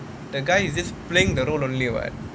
the guy is just playing the role only [what]